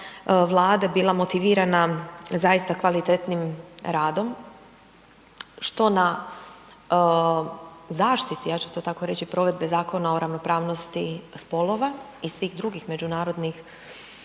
Vlade bila motivirana zaista kvalitetnim radom, što na zaštiti, ja ću to tako reći, provedbi Zakona o ravnopravnosti spolova i svih drugih međunarodnih